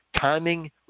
timing